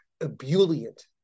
ebullient